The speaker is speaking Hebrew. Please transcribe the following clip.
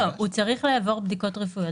הוא צריך לעבור בדיקות רפואיות.